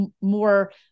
more